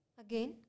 again